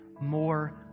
more